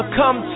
come